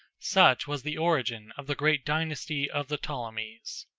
such was the origin of the great dynasty of the ptolemies.